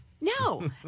No